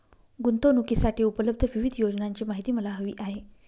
गुंतवणूकीसाठी उपलब्ध विविध योजनांची माहिती मला हवी आहे